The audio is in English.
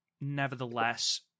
nevertheless